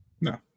No